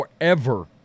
forever